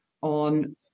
on